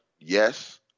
Yes